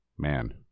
Man